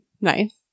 Nice